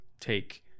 take